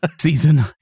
season